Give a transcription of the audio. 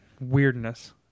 weirdness